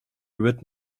written